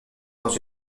dans